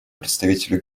представителю